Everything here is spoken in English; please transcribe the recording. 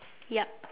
yup